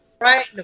Right